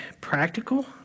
practical